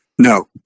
No